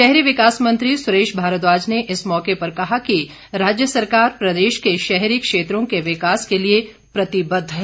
शहरी विकास मंत्री सुरेश भारद्वाज ने इस मौके पर कहा कि राज्य सरकार प्रदेश के शहरी क्षेत्रों के विकास के लिए प्रतिबद्ध है